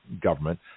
government